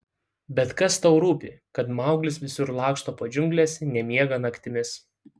bet kas tau rūpi kad mauglis visur laksto po džiungles nemiega naktimis